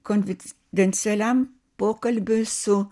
konfidencialiam pokalbiui su